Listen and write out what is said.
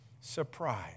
Surprise